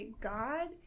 God